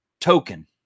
Token